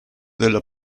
della